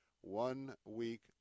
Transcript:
one-week